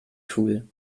tool